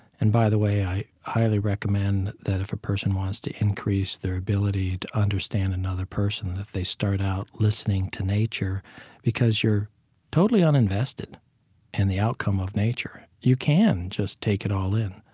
and by the way, i highly recommend that if a person wants to increase their ability to understand another person, that they start out listening to nature because you're totally uninvested in and the outcome of nature. you can just take it all in,